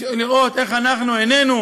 לראות איך אנחנו איננו